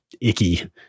icky